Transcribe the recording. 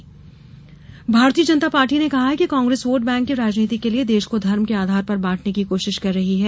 भाजपा बयान भारतीय जनता पार्टी ने कहा है कि कांग्रेस वोट बैंक के राजनीति के लिये देश को धर्म के आधार पर बांटने की कोशिश कर रही है